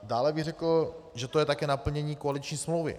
Dále bych řekl, že to je také naplnění koaliční smlouvy.